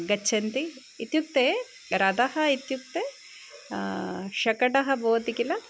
गच्छन्ति इत्युक्ते रथः इत्युक्ते शकटः भवति किल